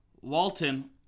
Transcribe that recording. Walton